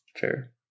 Fair